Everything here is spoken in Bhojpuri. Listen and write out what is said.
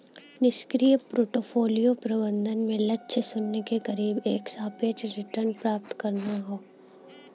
निष्क्रिय पोर्टफोलियो प्रबंधन में लक्ष्य शून्य के करीब एक सापेक्ष रिटर्न प्राप्त करना हौ